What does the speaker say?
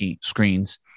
screens